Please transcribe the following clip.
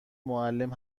معلم